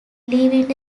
leaving